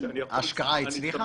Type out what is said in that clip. ההשקעה הצליחה?